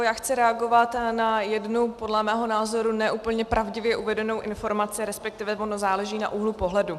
Já chci reagovat na jednu podle mého názoru ne úplně pravdivě uvedenou informaci, respektive záleží na úhlu pohledu.